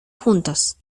juntos